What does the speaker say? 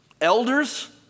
elders